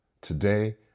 Today